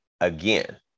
again